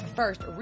first